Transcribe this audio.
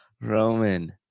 Roman